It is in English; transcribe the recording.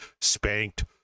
Spanked